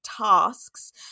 Tasks